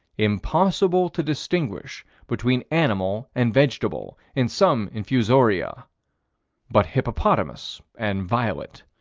impossible to distinguish between animal and vegetable in some infusoria but hippopotamus and violet.